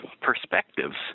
perspectives